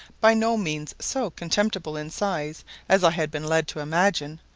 by no means so contemptible in size as i had been led to imagine,